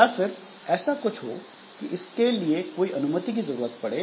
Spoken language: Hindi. या फिर ऐसा कुछ हो कि इसके लिए कोई अनुमति की जरूरत पड़े